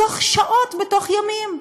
בתוך שעות, בתוך ימים.